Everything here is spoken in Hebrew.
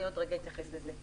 אני אתייחס לזה.